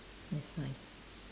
that's why